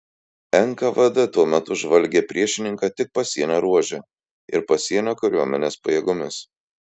nkvd tuo metu žvalgė priešininką tik pasienio ruože ir pasienio kariuomenės pajėgomis